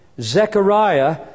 Zechariah